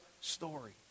story